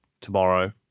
tomorrow